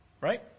Right